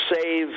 Save